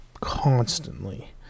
constantly